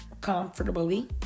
comfortably